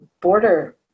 border